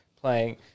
playing